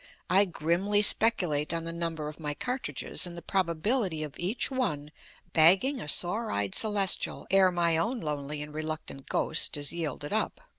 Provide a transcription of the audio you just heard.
i grimly speculate on the number of my cartridges and the probability of each one bagging a sore-eyed celestial ere my own lonely and reluctant ghost is yielded up.